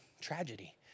tragedy